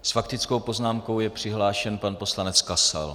S faktickou poznámkou je přihlášen pan poslanec Kasal.